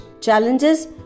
challenges